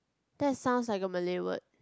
that sounds like a Malay word